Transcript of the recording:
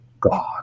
God